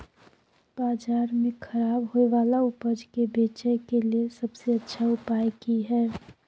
बाजार में खराब होय वाला उपज के बेचय के लेल सबसे अच्छा उपाय की हय?